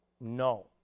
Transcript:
No